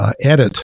edit